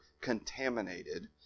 contaminated